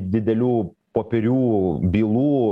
didelių popierių bylų